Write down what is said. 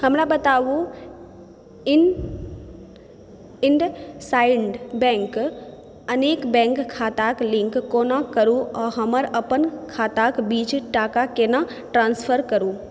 हमरा बताउ इन इण्डसइण्ड बैङ्क अनेक बैङ्क खाताके लिङ्क कोना करू आ हमर अपन खाताक बीच टाका केना ट्रान्स्फर करू